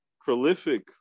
prolific